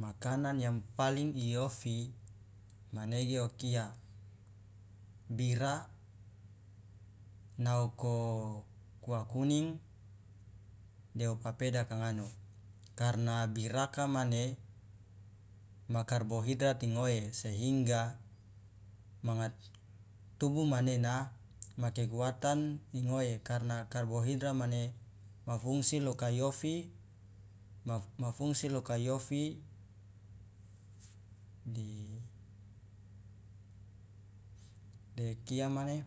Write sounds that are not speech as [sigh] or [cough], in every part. Makanan yang paling iofi manege okia bira naoko kua kuning deo papeda kangano karna biraka mane ma karbohidrat ingoe sehingga manga tubu manena ma kekuatan ingoe karna karbohidrat mane ma fungsi lo kaiofi de [hesitation] de kia mane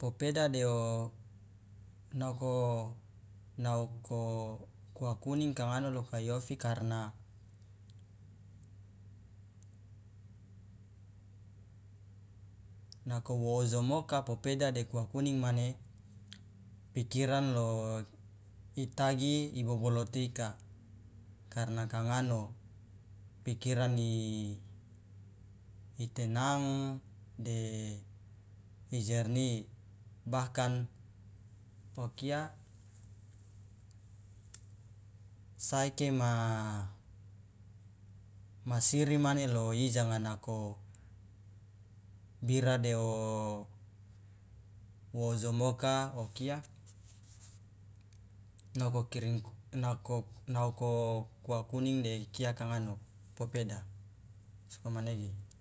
popeda deo naoko naoko kuning kangano lo kai ofi karna [hesitation] nako woojomoka popeda de kua kuning mane pikiran lo itage iboboloto ika karna ka ngano pikiran i tenang de i jernih bahkan okia saeke ma ma siri lo ijanga nako bira deo wojomoka okia naoko kiring naoko naoko kua kuning de ikia kangano popeda sokomanege.